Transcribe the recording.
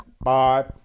Bye